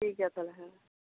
ᱴᱷᱤᱠ ᱜᱮᱭᱟ ᱛᱟᱦᱚᱞᱮ